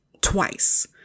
twice